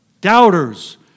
doubters